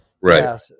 right